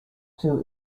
too